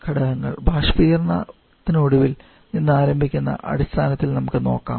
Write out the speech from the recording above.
ഘടകങ്ങൾ ബാഷ്പീകരണ ഒടുവിൽ നിന്ന് ആരംഭിക്കുന്ന അടിസ്ഥാനത്തിൽ നോക്കാം